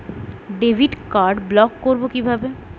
Debit card block করব কিভাবে?